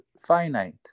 finite